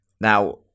Now